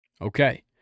Okay